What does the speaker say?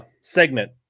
segment